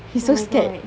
oh my god